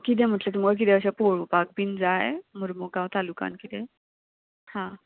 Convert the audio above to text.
किदें म्हटलें तुमकां किदें अशें पळोवपाक बीन जाय मरमुगांव तालुकान किदें हां